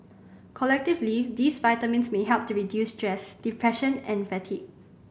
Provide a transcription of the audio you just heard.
collectively these vitamins may help to relieve stress depression and fatigue